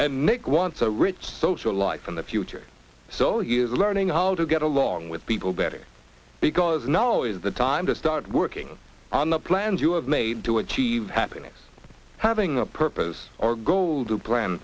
and make one so rich social life in the future so you are learning how to get along with people better because now is the time to start working on the plans you have made to achieve happiness having a purpose or goal to plan